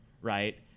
right